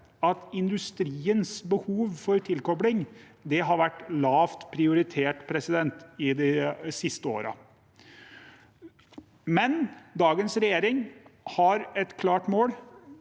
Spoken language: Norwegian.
at industriens behov for tilkobling har vært lavt prioritert de siste årene. Dagens regjering har et klart mål.